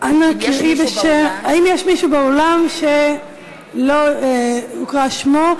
האם יש מישהו באולם שלא הוקרא שמו?